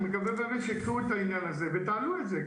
אני מקווה באמת שיציעו את העניין הזה ותעלו את זה,